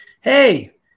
hey